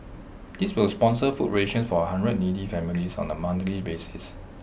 this will sponsor food rations for A hundred needy families on A monthly basis